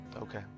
Okay